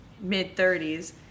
mid-30s